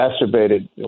exacerbated